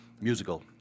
musical